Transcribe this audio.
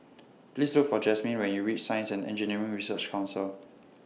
Please Look For Jasmin when YOU REACH Science and Engineering Research Council